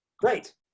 Great